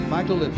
Michael